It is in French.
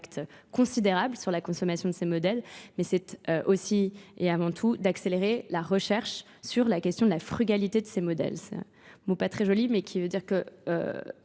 considérable sur la consommation de ces modèles. Mais c'est aussi et avant tout d'accélérer la recherche sur la question de la frugalité de ces modèles. mot pas très joli mais qui veut dire que